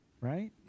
right